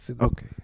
okay